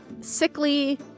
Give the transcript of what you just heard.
sickly